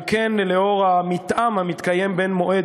על כן, לאור המתאם המתקיים בין מועד